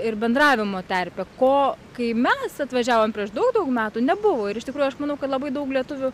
ir bendravimo terpę o kai mes atvažiavom prieš daug daug metų nebuvo ir iš tikrųjų aš manau kad labai daug lietuvių